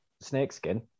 Snakeskin